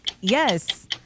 Yes